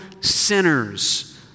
sinners